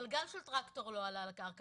גלגל של טרקטור לא עלה על הקרקע.